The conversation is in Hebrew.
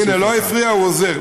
לא הפריע, הוא עוזר.